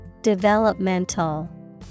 Developmental